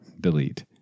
Delete